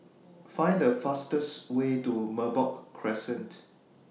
Find The fastest Way to Merbok Crescent